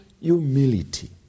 humility